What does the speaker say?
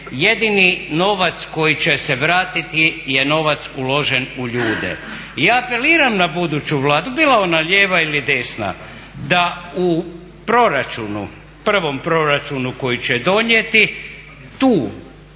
Jedini novac koji će se vratiti je novac uložen u ljude. I ja apeliram na buduću Vladu, bila ona lijeva ili desna, da u proračunu, prvom proračunu koji će donijeti tu cifru,